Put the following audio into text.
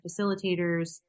facilitators